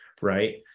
right